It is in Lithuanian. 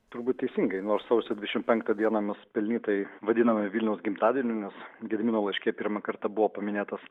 turbūt teisingai nors sausio dvidešim penktą dieną mes pelnytai vadiname vilniaus gimtadieniu nes gedimino laiške pirmą kartą buvo paminėtas